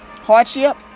hardship